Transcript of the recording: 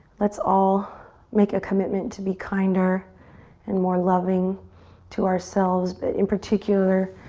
let's all make a commitment to be kinder and more loving to ourselves. but in particular,